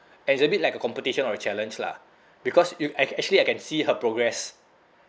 and it's a bit like a competition or a challenge lah because you ac~ actually I can see her progress